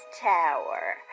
tower